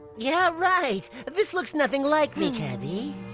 yeah right. this look nothing like me kebi.